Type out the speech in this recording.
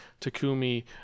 Takumi